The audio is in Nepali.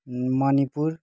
मणिपुर